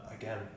Again